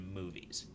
movies